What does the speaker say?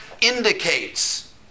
indicates